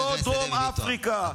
אנחנו לא דרום אפריקה.